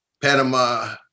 Panama